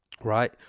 Right